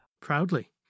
proudly